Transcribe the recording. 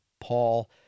Paul